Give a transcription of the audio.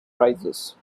prices